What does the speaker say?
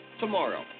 tomorrow